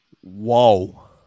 Whoa